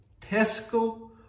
Tesco